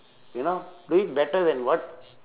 you know do it better than what